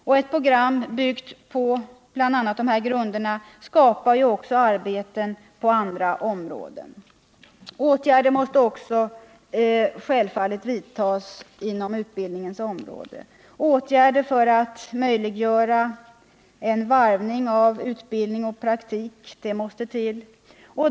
Med ett program på bl.a. dessa grunder är det möjligt att skapa arbeten också på andra områden. På utbildningens område måste självfallet åtgärder vidtas för att möjliggöra en varvning av utbildning och praktik.